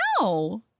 No